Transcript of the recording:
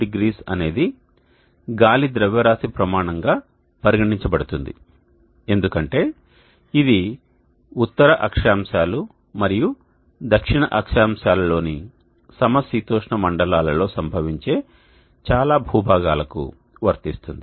20 అనేది గాలి ద్రవ్యరాశి ప్రమాణంగా పరిగణించబడుతుంది ఎందుకంటే ఇది ఉత్తర అక్షాంశాలు మరియు దక్షిణ అక్షాంశాలలోని సమశీతోష్ణ మండలాలలో సంభవించే చాలా భూభాగాలకు వర్తిస్తుంది